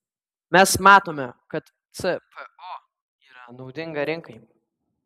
mes matome kad cpo yra naudinga rinkai